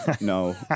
no